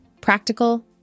Practical